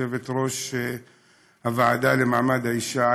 יושבת-ראש הוועדה לקידום מעמד האישה,